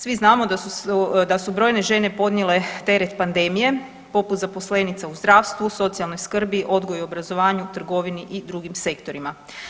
Svi znamo da su brojne žene podnijele teret pandemije poput zaposlenica u zdravstvu, socijalnoj skrbi, odgoju i obrazovanju, trgovini i drugim sektorima.